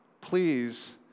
Please